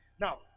Now